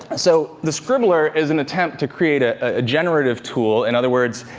so, the scribbler is an attempt to create a ah generative tool. in other words,